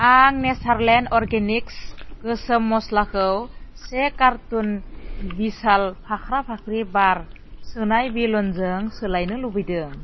आं Natureland Organics गोसोम मस्लाखौ से खारट'न बिसाल फाख्रा फाख्रि बार सोनाय बेलुनजों सोलायनो लुबैदों